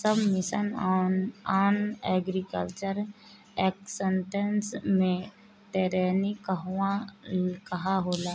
सब mission on agriculture extension मै टेरेनीं कहवा कहा होला?